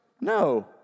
no